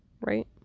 right